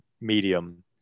medium